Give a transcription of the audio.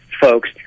folks